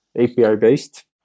API-based